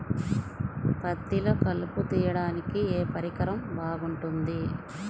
పత్తిలో కలుపు తీయడానికి ఏ పరికరం బాగుంటుంది?